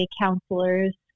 counselors